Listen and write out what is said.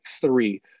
three